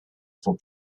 for